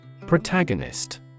Protagonist